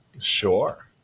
Sure